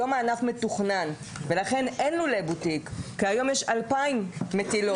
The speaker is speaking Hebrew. היום הענף מתוכנן ולכן אין לולי בוטיק כי היום יש 2,000 מטילות.